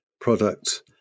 products